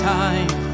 time